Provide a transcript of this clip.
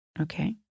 Okay